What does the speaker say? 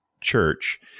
church